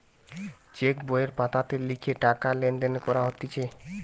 check বইয়ের পাতাতে লিখে টাকা লেনদেন করা হতিছে